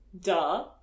Duh